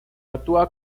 actúa